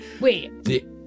Wait